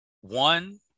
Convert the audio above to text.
one